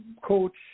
coach